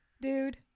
dude